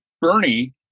Bernie